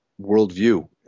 worldview